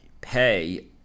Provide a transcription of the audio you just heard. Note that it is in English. pay